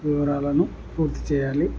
వివరాలను పూర్తి చేయాలి